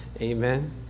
Amen